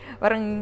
parang